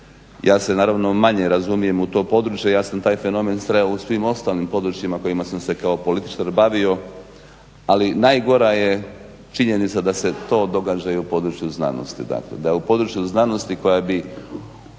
Ja se manje razumijem u to područje, ja sam taj fenomen sreo u svim ostalim područjima kojima sam se kao političar bavio, ali najgora je činjenica da se to događa i u području znanosti.